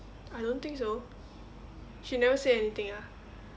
I don't think so she never say anything ah